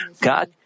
God